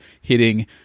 hitting